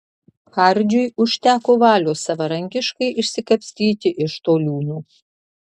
hardžiui užteko valios savarankiškai išsikapstyti iš to liūno